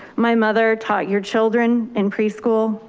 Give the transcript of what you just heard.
my mother taught your children in preschool.